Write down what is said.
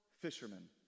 fishermen